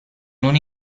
non